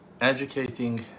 educating